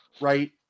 right